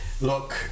Look